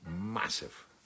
massive